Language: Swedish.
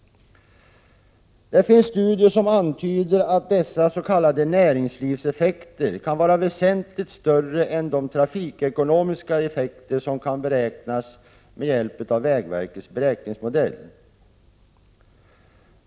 Det finns studier som antyder att dessa s.k. näringslivseffekter kan vara väsentligt större än de trafikekonomiska effekter som kan beräknas med hjälp av vägverkets beräkningsmodell.